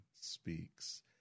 Speaks